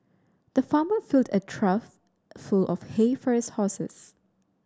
the farmer filled a trough full of hay for his horses